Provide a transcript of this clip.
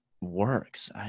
works